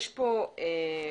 יש פה סעיף,